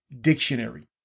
dictionary